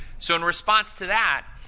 so in response to that,